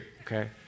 okay